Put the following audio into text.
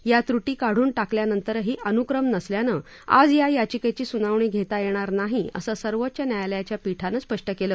या त्रुटी काढून टाकल्यानंतरही अनुक्रम नसल्यानं आज या याचिकेची सुनावणी घेता येणार नाही असं सर्वोच्च न्यायालयाच्या पीठानं स्पष्ट केलं